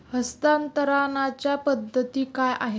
हस्तांतरणाच्या पद्धती काय आहेत?